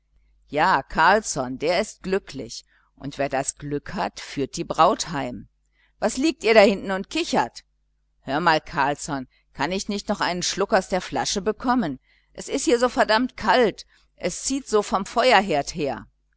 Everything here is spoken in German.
ja carlsson der ist glücklich und wer das glück hat führt die braut heim was liegt ihr da hinten und kichert hör mal carlsson kann ich nicht noch einen schluck aus der flasche bekommen es ist hier so verdammt kalt es zieht so vom feuerherd her